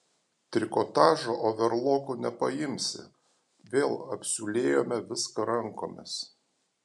trikotažo overloku nepaimsi vėl apsiūlėjome viską rankomis